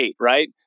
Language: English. right